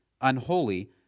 unholy